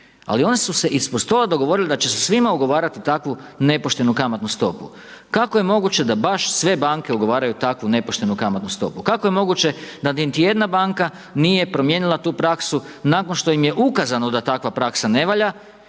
Ali one su se ispod stola dogovorile da će se svima ugovarati takvu nepoštenu kamatnu stopu. Kako je moguće da baš sve banke ugovaraju takvu nepoštenu kamatnu stopu? Kako je moguće da niti jedna banka nije promijenila tu praksu nakon što im je ukazano da takva praksa ne valja